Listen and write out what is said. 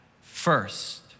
first